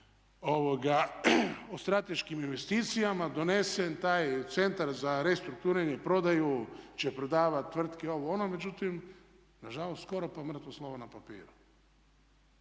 o strateškim investicijama donesen taj Centar za restrukturiranje i prodaju će prodavat tvrtke, ovo, ono međutim nažalost skoro pa mrtvo slovo na papiru.